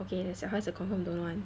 okay that's your they confirm don't know [one]